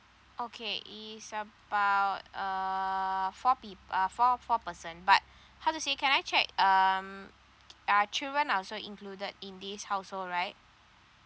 okay it's about uh four peo~ uh four four person but hoe to say can I check um are children also included in this household right